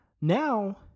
Now